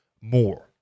more